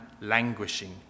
languishing